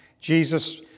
Jesus